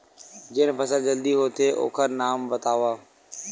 जेन फसल जल्दी होथे ओखर नाम बतावव?